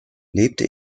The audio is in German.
lebte